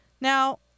Now